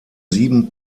sieben